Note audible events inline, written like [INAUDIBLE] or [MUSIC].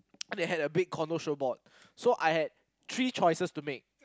[NOISE] then they had a big condo show board so I had three choices to make